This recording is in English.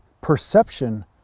perception